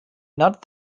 not